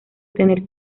tener